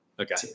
okay